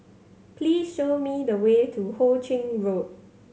please show me the way to Ho Ching Road